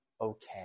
okay